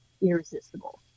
irresistible